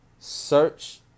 Search